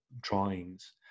drawings